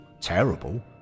terrible